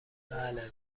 بله